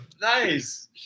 Nice